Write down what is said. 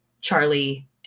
Charlie